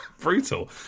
brutal